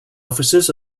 officers